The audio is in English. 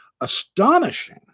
astonishing